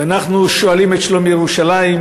ואנחנו שואלים את שלום ירושלים,